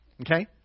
okay